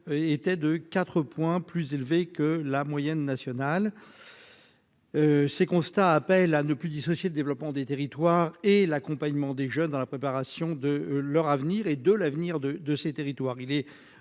était de 4, plus élevé que la moyenne nationale. Ces constats appellent à ne plus dissocier le développement des territoires et l'accompagnement des jeunes dans la préparation de leur avenir et de l'avenir de de ces territoires,